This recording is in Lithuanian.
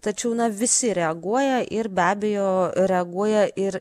tačiau na visi reaguoja ir be abejo reaguoja ir